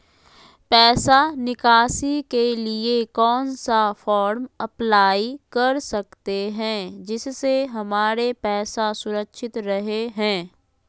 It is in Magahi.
पैसा निकासी के लिए कौन सा फॉर्म अप्लाई कर सकते हैं जिससे हमारे पैसा सुरक्षित रहे हैं?